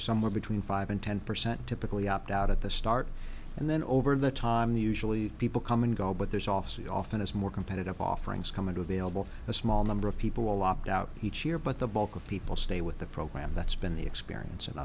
somewhere between five and ten percent typically opt out at the start and then over the time they usually people come and go but there's also often is more competitive offerings coming to available a small number of people will opt out each year but the bulk of people stay with the program that's been the experience